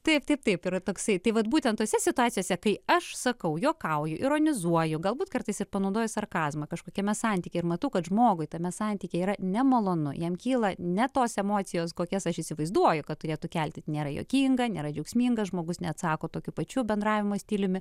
taip taip taip yra toksai tai vat būtent tose situacijose kai aš sakau juokauju ironizuoju galbūt kartais ir panaudoju sarkazmą kažkokiame santykyje ir matau kad žmogui tame santykiai yra nemalonu jam kyla ne tos emocijos kokias aš įsivaizduoju kad turėtų kelti nėra juokinga nėra džiaugsmingas žmogus neatsako tokių pačių bendravimo stiliumi